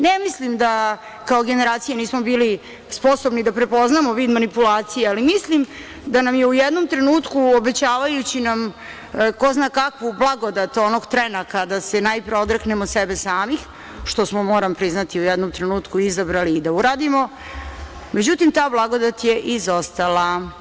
Ne mislim da kao generacije nismo bili sposobni da prepoznamo vid manipulacije, ali mislim da nam je u jednom trenutku, obećavajući nam ko zna kakvu blagodat onog trena kada se najpre odreknemo sebe samih, što smo, moram priznati, u jednom trenutku izabrali da uradimo, međutim, ta blagodet je izostala.